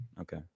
Okay